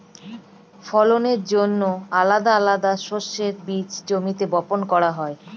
ফলনের জন্যে আলাদা আলাদা শস্যের বীজ জমিতে বপন করা হয়